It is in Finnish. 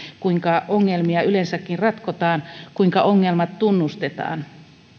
kuinka ongelmia yleensäkin ratkotaan kuinka ongelmat tunnustetaan